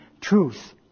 truth